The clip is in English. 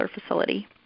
facility